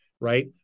Right